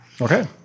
Okay